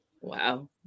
Wow